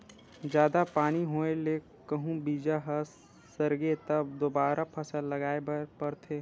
जादा पानी होए ले कहूं बीजा ह सरगे त दोबारा फसल लगाए बर परथे